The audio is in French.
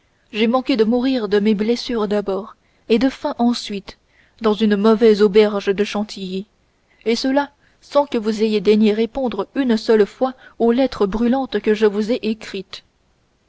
j'ai manqué mourir de mes blessures d'abord et de faim ensuite dans une mauvaise auberge de chantilly et cela sans que vous ayez daigné répondre une seule fois aux lettres brûlantes que je vous ai écrites